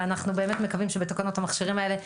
ואנחנו באמת מקווים שבתקנות המכשירים האלה,